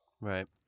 Right